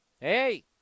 hey